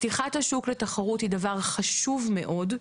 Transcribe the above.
פתיחת השוק לתחרות היא דבר חשוב מאוד,